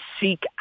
seek